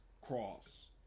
Cross